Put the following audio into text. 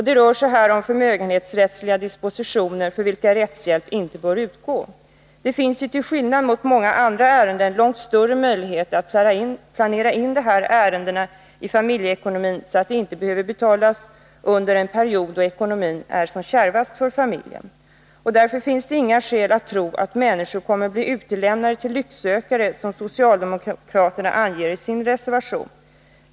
Det rör sig här om förmögenhetsrättsliga dispositioner för vilka rättshjälp inte bör utgå. Det finns till skillnad från många andra ärenden långt större möjligheter att planera in dessa ärenden i familjeekonomin så att de inte behöver ge upphov till betalningar under en period i ekonomin då det är som kärvast för familjen. Därför finns det inga skäl att tro att människorna kommer att bli utlämnade till lycksökare, som socialdemokraterna har angett i sin reservation.